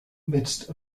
midst